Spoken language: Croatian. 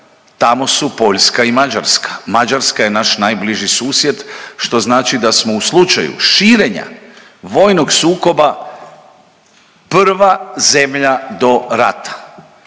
tamo su Poljska i Mađarska. Mađarska je naš najbliži susjed što znači da smo u slučaju širenja vojnog sukoba prva zemlja do rata.